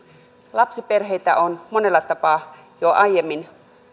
lapsiperheitä on monella tapaa jo aiemmin